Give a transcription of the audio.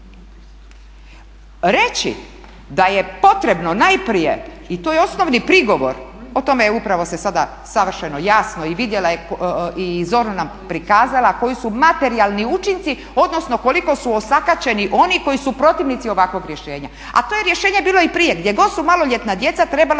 Reći da je potrebno najprije i to je osnovni prigovor, o tome upravo se sada savršeno jasno i vidjela je i zorno nam prikazala koji su materijalni učinci odnosno koliko su osakaćeni oni koji su protivnici ovakvog rješenja, a to je rješenje bilo i prije. Gdje god su maloljetna djeca trebalo